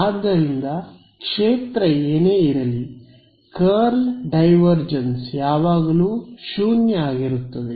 ಆದ್ದರಿಂದ ಕ್ಷೇತ್ರ ಏನೇ ಇರಲಿ ಸುರುಳಿಯ ಡೈವರ್ಜೆನ್ಸ್ ಯಾವಾಗಲೂ 0 ಆಗಿರುತ್ತದೆ